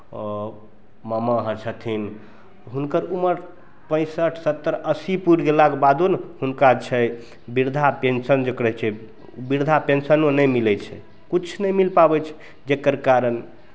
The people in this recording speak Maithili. मामा हमर छथिन हुनकर उमर पैंसठि सत्तरि अस्सी पुरि गेलाक बादो ने हुनका छै वृद्धा पेंशन जे करै छै वृद्धा पेंशनो नहि मिलै छै किछु नहि मिल पाबै छै जकर कारण